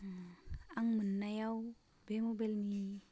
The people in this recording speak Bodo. आं मोननायाव बे मबाइलनि